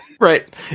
Right